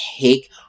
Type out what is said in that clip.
take